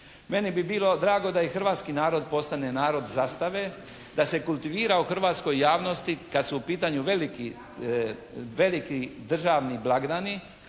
Meni bi bilo drago da i hrvatski narod postane narod zastave. Da se kultivira u hrvatskoj javnosti kad su u pitanju veliki državni blagdani